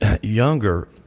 younger